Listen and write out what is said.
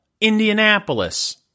Indianapolis